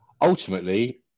ultimately